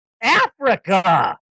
Africa